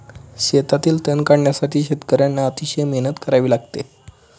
शेतातील तण काढण्यासाठी शेतकर्यांना अतिशय मेहनत करावी लागते